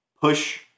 push